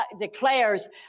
declares